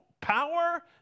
Power